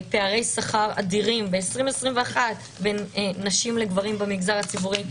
פערי שכר אדירים ב-2021 בין נשים לבין גברים במגזר הציבורי,